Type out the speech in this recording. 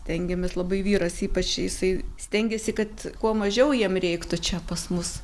stengiamės labai vyras ypač jisai stengiasi kad kuo mažiau jiem reiktų čia pas mus